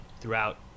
throughout